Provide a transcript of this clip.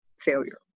failure